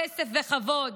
כסף וכבוד.